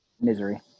Misery